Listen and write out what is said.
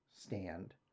stand